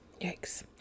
Yikes